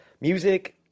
music